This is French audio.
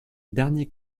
dernier